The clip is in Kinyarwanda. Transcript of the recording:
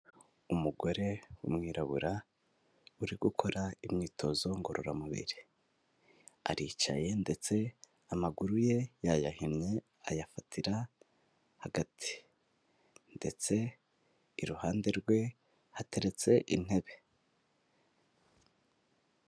Umugore w'umwirabura, uri gukora imyitozo ngororamubiri. Aricaye, ndetse amaguru ye yayahennye, ayafatira hagati. Ndetse iruhande rwe hateretse intebe.